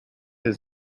his